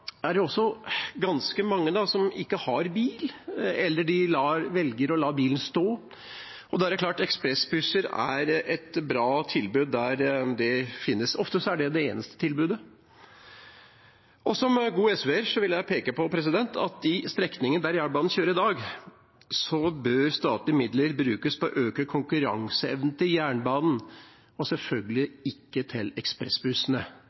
det er også ganske mange som ikke har bil, eller de velger å la bilen stå, og da er det klart at ekspressbusser er et bra tilbud der det fins. Ofte er det det eneste tilbudet. Som god SV-er vil jeg peke på at på de strekningene der jernbanen kjører i dag, bør statlige midler brukes på å øke konkurranseevnen til jernbanen og selvfølgelig ikke til ekspressbussene.